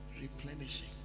replenishing